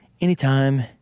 anytime